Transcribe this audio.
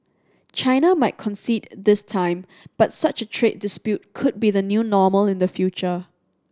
China might concede this time but such a trade dispute could be the new normal in the future